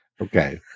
Okay